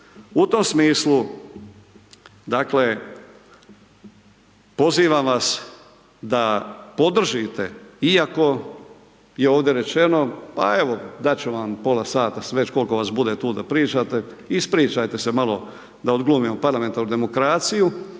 U tom smislu dakle pozivam vas da podržite iako je ovdje rečeno, pa evo, dat ću vam pola sata, već koliko vas bude tu da pričate, ispričajte se malo da odglumimo parlamentarnu demokraciju,